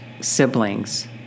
siblings